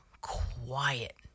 quiet